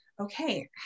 okay